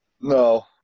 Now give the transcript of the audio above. No